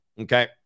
okay